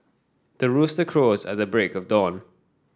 the rooster crows at the break of dawn